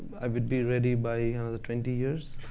i would be ready by another twenty years.